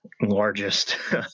largest